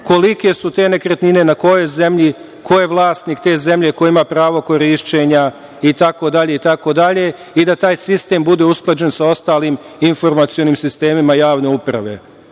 kolike su te nekretnine, na kojoj zemlji, ko je vlasnik te zemlje, ko ima pravo korišćenja itd, i da taj sistem bude usklađen sa ostalim informacionim sistemima javne uprave.